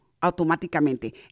automáticamente